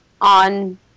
on